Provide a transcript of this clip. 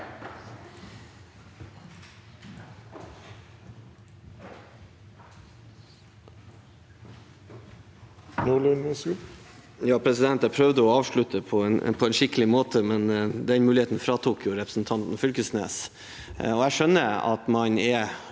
Jeg prøvde å av- slutte på en skikkelig måte, men den muligheten fratok representanten Fylkesnes meg. Jeg skjønner at man er